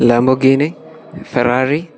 Lamborghini Ferrari